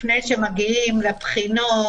לפני שמגיעים לבחינות,